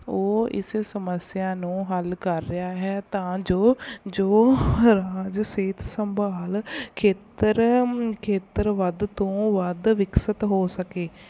ਉਹ ਇਸ ਸਮੱਸਿਆ ਨੂੰ ਹੱਲ ਕਰ ਰਿਹਾ ਹੈ ਤਾਂ ਜੋ ਜੋ ਰਾਜ ਸਿਹਤ ਸੰਭਾਲ ਖੇਤਰ ਖੇਤਰ ਵੱਧ ਤੋਂ ਵੱਧ ਵਿਕਸਿਤ ਹੋ ਸਕੇ